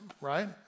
right